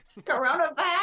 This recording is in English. Coronavirus